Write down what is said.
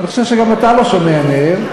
אני חושב שגם אתה לא שומע מהם,